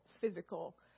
physical